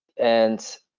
and